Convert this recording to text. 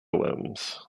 limbs